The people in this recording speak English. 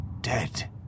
dead